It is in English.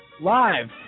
live